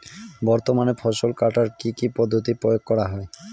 বর্তমানে ফসল কাটার কি কি পদ্ধতি প্রয়োগ করা হয়?